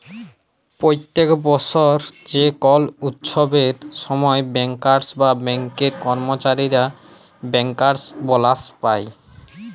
প্যত্তেক বসর যে কল উচ্ছবের সময় ব্যাংকার্স বা ব্যাংকের কম্মচারীরা ব্যাংকার্স বলাস পায়